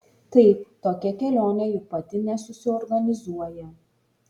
taip tokia kelionė juk pati nesusiorganizuoja